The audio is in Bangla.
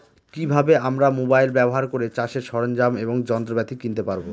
কি ভাবে আমরা মোবাইল ব্যাবহার করে চাষের সরঞ্জাম এবং যন্ত্রপাতি কিনতে পারবো?